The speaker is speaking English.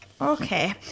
okay